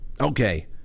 Okay